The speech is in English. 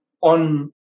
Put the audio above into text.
on